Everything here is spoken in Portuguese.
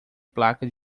placa